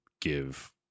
give